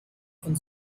von